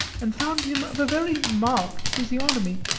and found him of a very marked physiognomy.